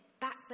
back